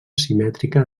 simètrica